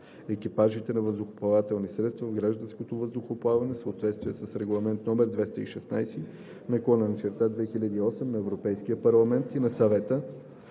екипажите на въздухоплавателни средства в гражданското въздухоплаване в съответствие с Регламент (ЕО) № 216/2008 на Европейския парламент и на Съвета